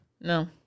No